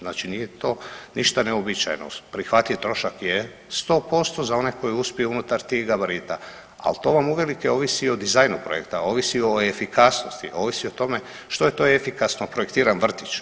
Znači nije to ništa neuobičajeno, prihvatljiv trošak je 100% za one koji uspiju unutar tih gabarita, al to vam uvelike ovisi o dizajnu projekta, ovisi o efikasnosti, ovisi o tome što je to efikasno projektiran vrtić.